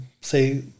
say